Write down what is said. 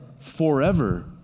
forever